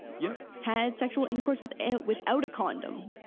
yup. had sexual intercourse without without a condom?